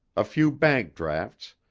a few bank drafts,